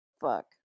Fuck